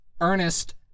Ernest